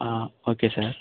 ah okay sir